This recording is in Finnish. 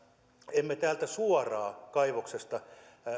emme suoraan täältä kaivoksesta